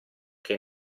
che